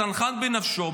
צנחן בנפשו,